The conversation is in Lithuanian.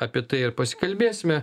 apie tai ir pasikalbėsime